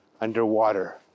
underwater